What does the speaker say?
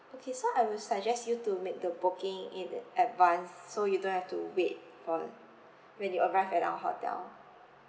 okay so I will suggest you to make the booking in advance so you don't have to wait for when you arrive at our hotel